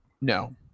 No